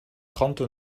trente